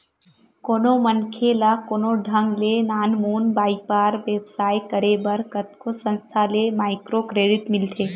कोनो मनखे ल कोनो ढंग ले नानमुन बइपार बेवसाय करे बर कतको संस्था ले माइक्रो क्रेडिट मिलथे